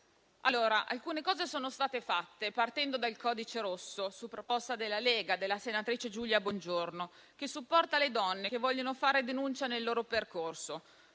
Alcune cose sono state fatte, partendo dal codice rosso, su proposta della Lega e della senatrice Giulia Bongiorno, che supporta le donne che vogliono fare denuncia nel loro percorso.